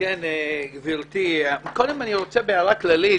גברתי היושבת-ראש,